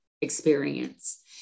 experience